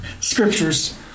scriptures